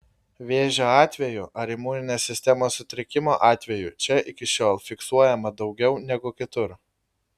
vėžio atvejų ar imuninės sistemos sutrikimo atvejų čia iki šiol fiksuojama daugiau negu kitur